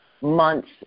months